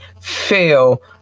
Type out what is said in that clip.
feel